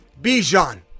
Bijan